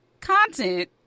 content